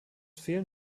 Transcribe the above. fehlen